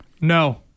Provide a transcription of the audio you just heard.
No